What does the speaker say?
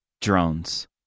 drones